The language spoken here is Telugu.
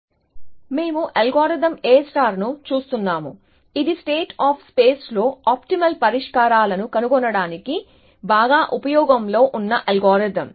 recursive best first search sequence alignment మేము అల్గోరిథం A ను చూస్తున్నాము ఇది స్టేట్ ఆఫ్ స్పేస్ లో ఆప్టిమల్ పరిష్కారాల ను కనుగొనడానికి బాగా ఉపయోగం లో ఉన్న అల్గోరిథం